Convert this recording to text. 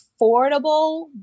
affordable